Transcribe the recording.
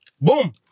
Boom